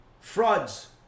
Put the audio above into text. frauds